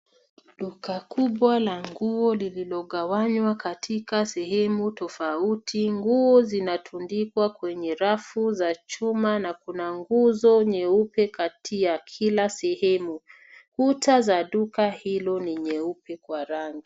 Duka kubwa la nguo lililogawanywa katika sehemu tofauti. Nguo zinatundikwa kwenye rafu za chuma na kuna nguzo nyeupe kati ya kila sehemu. Kuta za duka hilo ni nyeupe kwa rangi.